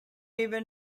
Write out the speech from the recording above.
even